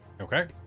okay